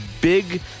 big